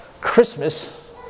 Christmas